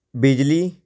ਬਿਜਲੀ